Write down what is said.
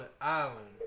island